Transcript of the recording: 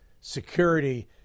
security